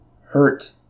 hurt